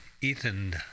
Ethan